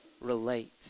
relate